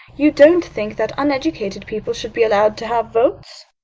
you don't think that uneducated people should be allowed to have votes?